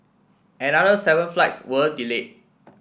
another seven flights were delayed